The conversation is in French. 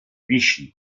vichy